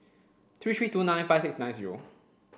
three three two nine five six nine zero